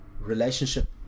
relationship